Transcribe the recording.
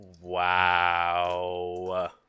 Wow